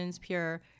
Pure